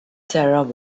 sarah